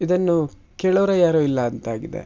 ಇದನ್ನು ಕೇಳೋರೇ ಯಾರೂ ಇಲ್ಲ ಅಂತ ಆಗಿದೆ